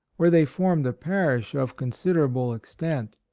where they formed a parish of considerable extent.